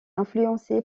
influencé